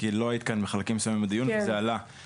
כי לא היית כאן בחלקים מסוימים בדיון וזה עלה.